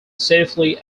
safely